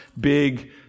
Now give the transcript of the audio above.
big